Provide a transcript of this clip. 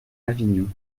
avignon